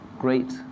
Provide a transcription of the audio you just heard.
Great